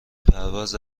پرواز